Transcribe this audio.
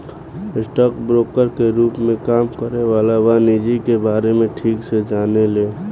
stock broker के रूप में काम करे वाला वाणिज्यिक के बारे में ठीक से जाने ले